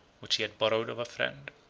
which he had borrowed of a friend.